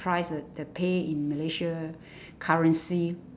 price uh the pay in malaysia currency